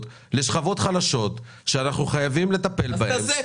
לשכבות חלשות שאנחנו חייבים לטפל בהן,